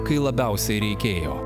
kai labiausiai reikėjo